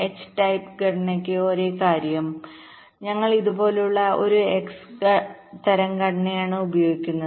H type ഘടനയ്ക്ക് പകരം ഒരേ കാര്യം ഞങ്ങൾ ഇതുപോലുള്ള ഒരു X തരം ഘടനയാണ് ഉപയോഗിക്കുന്നത്